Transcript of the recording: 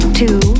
two